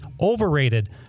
overrated